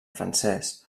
francès